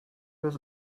was